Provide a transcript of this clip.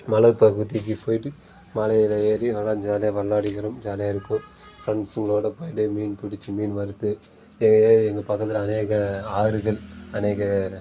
மலைப்பகுதிக்கு போய்விட்டு மலையில் ஏறி நல்லா ஜாலியாக கொண்டாடுகிறோம் ஜாலியாக இருக்கும் ஃபிரண்ட்ஸுங்களோட போய்விட்டு மீன் பிடிச்சி மீன் வறுத்து எங்கள் பக்கத்தில் அநேக ஆறுகள் அநேக